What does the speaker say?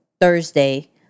Thursday